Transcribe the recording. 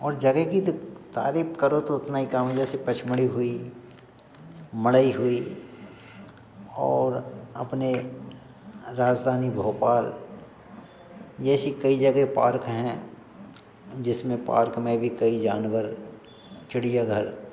और जगह की तो तारीफ करो तो उतना ही कम है जैसे पचमढ़ी हुई मड़ई हुई और अपने राजधानी भोपाल जैसी कई जगह पार्क हैं जिसमें पार्क में भी कई जानवर चिड़ियाघर